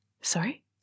Sorry